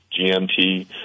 GMT